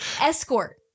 Escort